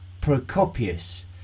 Procopius